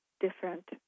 different